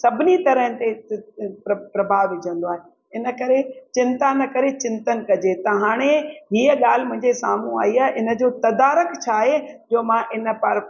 सभिनी तरह ते प्र प्रभाव विझंदो आहे इनकरे चिंता न करे चिंतन कजे त हाणे हीअ ॻाल्हि मुंहिंजे साम्हूं आई आहे हिनजो तदारक छा आहे जो मां हिन पार